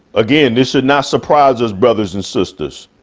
again, this should not surprise us. brothers and sisters,